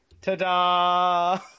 ta-da